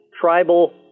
tribal